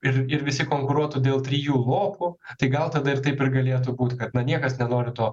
ir ir visi konkuruotų dėl trijų lopų tai gal tada ir taip ir galėtų būti kad na niekas nenori to